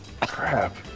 Crap